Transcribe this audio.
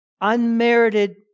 unmerited